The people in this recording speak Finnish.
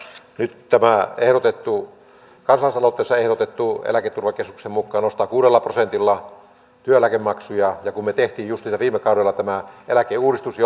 nyt tämä kansalaisaloitteessa ehdotettu eläketurvakeskuksen mukaan nostaa kuudella prosentilla työeläkemaksuja kun me teimme justiinsa viime kaudella eläkeuudistuksen